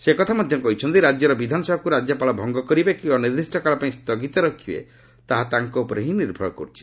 ସେ କହିଛନ୍ତି ରାଜ୍ୟର ବିଧାନସଭାକୁ ରାଜ୍ୟପାଳ ଭଙ୍ଗ କରିବେ କି ଅନିର୍ଦ୍ଦିଷ୍ଟ କାଳ ପାଇଁ ସ୍ଥୁଗିତ ରଖିବେ ତାହା ତାଙ୍କ ଉପରେ ହିଁ ନିର୍ଭର କରୁଛି